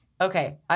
Okay